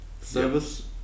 service